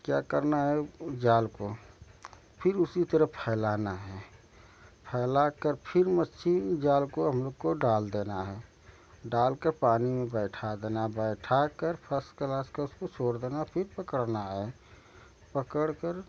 क्या करना है उस जाल को फिर उसी तरफ फैलाना है फैला कर फिर मच्छी जाल को हम लोग को डाल देना है डाल के पानी में बैठा देना बैठाकर फर्स्ट क्लास के उसमें छोड़ देना फिर पकड़ना है पकड़कर